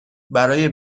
برای